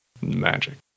Magic